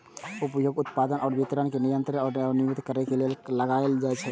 उपभोग, उत्पादन आ वितरण कें नियंत्रित आ विनियमित करै लेल कर लगाएल जाइ छै